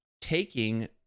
taking